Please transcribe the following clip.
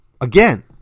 Again